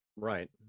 Right